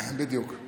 בדיוק.